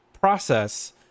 process